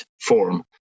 form